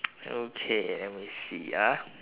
okay let me see ah